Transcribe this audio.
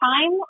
time